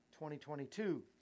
2022